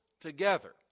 together